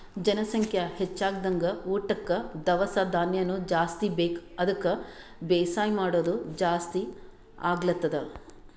ಜನಸಂಖ್ಯಾ ಹೆಚ್ದಂಗ್ ಊಟಕ್ಕ್ ದವಸ ಧಾನ್ಯನು ಜಾಸ್ತಿ ಬೇಕ್ ಅದಕ್ಕ್ ಬೇಸಾಯ್ ಮಾಡೋದ್ ಜಾಸ್ತಿ ಆಗ್ಲತದ್